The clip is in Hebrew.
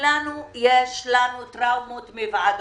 אני חושבת שלכולנו יש טראומות מוועדות.